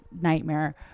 nightmare